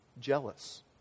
Jealous